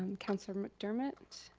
councilor mcdermott.